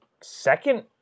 second